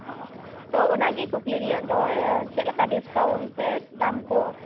ᱚᱸᱻ ᱛᱚ ᱚᱱᱟ ᱜᱮ ᱠᱩᱠᱞᱤ ᱨᱮᱭᱟᱜ ᱫᱚ ᱪᱮᱫ ᱞᱮᱠᱟ ᱰᱤᱥᱠᱟᱭᱩᱱᱴ ᱥᱮ ᱫᱟᱢ ᱠᱚ